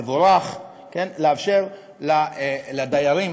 מבורך לאפשר לדיירים